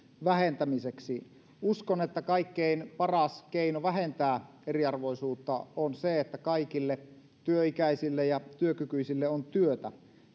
vähentämiseksi uskon että kaikkein paras keino vähentää eriarvoisuutta on se että kaikille työikäisille ja työkykyisille on työtä